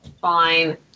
Fine